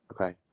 Okay